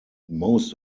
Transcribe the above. most